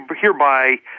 hereby